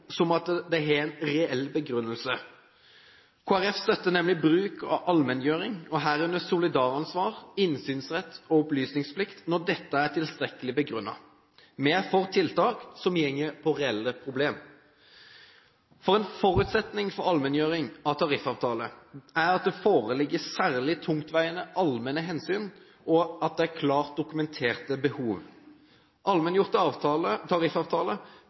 som at de har en reell begrunnelse. Kristelig Folkeparti støtter nemlig bruk av allmenngjøring, herunder solidaransvar, innsynsrett og opplysningsplikt når dette er tilstrekkelig begrunnet. Vi er for tiltak som går på reelle problem. En forutsetning for allmenngjøring av tariffavtaler er at det foreligger særlig tungtveiende allmenne hensyn og at det er klart dokumenterte behov.